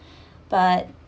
but